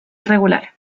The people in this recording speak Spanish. irregular